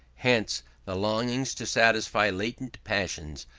hence the longing to satisfy latent passions,